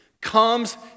comes